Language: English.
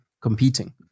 competing